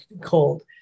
cold